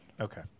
Okay